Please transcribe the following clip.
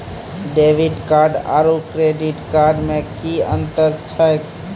Debit card आरू credit card मे कि अन्तर छैक?